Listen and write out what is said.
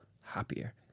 happier